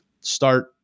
start